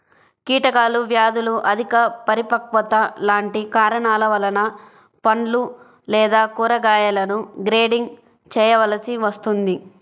కీటకాలు, వ్యాధులు, అధిక పరిపక్వత లాంటి కారణాల వలన పండ్లు లేదా కూరగాయలను గ్రేడింగ్ చేయవలసి వస్తుంది